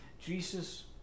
Jesus